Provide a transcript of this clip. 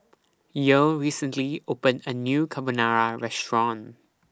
Yael recently opened A New Carbonara Restaurant